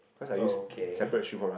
okay